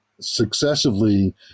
successively